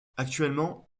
actuellement